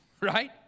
right